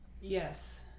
Yes